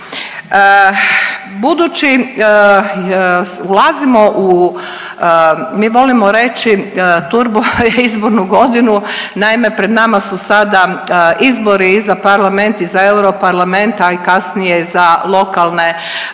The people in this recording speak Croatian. Budući ulazimo u, mi volimo reći turbo izbornu godinu, naime pred nama su sada izbori i za parlament i za europarlament, a i kasnije za lokalne,